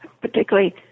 particularly